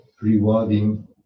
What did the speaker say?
rewarding